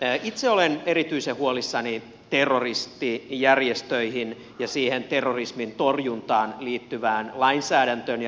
itse olen erityisen huolissani terroristijärjestöihin ja siihen terrorismin torjuntaan liittyvästä lainsäädännöstä ja resursoinnista